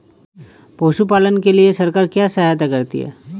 पशु पालन के लिए सरकार क्या सहायता करती है?